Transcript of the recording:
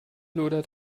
lodert